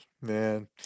man